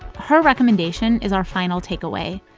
her recommendation is our final takeaway.